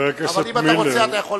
אבל אם אתה רוצה לענות,